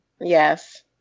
Yes